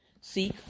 seek